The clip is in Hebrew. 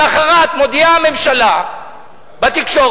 למחרת מודיעה הממשלה בתקשורת,